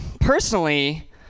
Personally